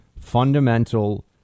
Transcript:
fundamental